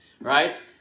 right